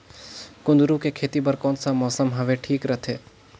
कुंदूरु के खेती बर कौन सा मौसम हवे ठीक रथे?